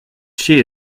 she